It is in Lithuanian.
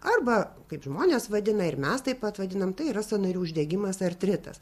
arba kaip žmonės vadina ir mes taip pat vadinam tai yra sąnarių uždegimas artritas